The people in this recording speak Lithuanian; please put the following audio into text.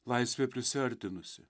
laisvė prisiartinusi